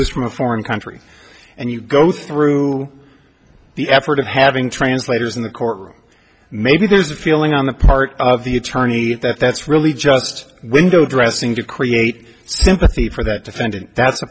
is from a foreign country and you go through the effort of having translators in the courtroom maybe there's a feeling on the part of the attorney that that's really just window dressing to create sympathy for that defendant that's a